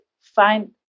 find